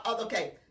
okay